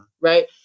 Right